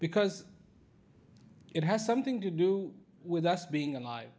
because it has something to do with us being alive